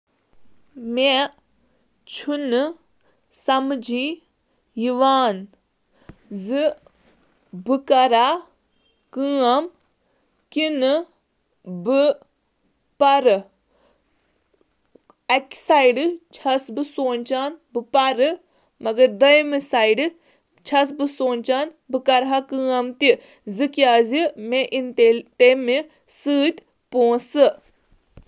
مےٚ چھُنہٕ سمجھ زِ مےٚ کیٛاہ چھُ کرُن، بہٕ کَرٕ مطالعہٕ یا بہٕ کَرٕ بیٚیِس طرفہٕ کٲم، مےٚ چھُ باسان زِ مےٚ پیٚیہِ پونٛسہٕ زیننہٕ خٲطرٕ کٲم کرٕنۍ۔